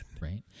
Right